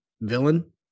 villain